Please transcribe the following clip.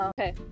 okay